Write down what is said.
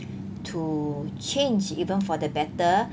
to change even for the better